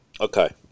Okay